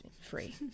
free